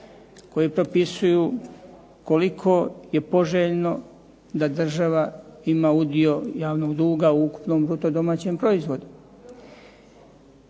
koji propisuju koliko je poželjno da država ima udio javnog duga u ukupnom bruto domaćem proizvodu.